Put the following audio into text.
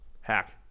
hack